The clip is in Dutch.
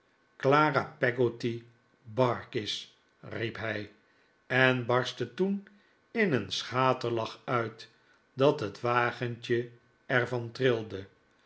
barkis riep hij en barstte toen in een schaterlach uit dat het wagentje er van trilde